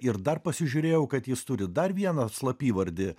ir dar pasižiūrėjau kad jis turi dar vieną slapyvardį